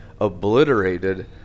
obliterated